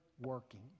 working